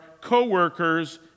co-workers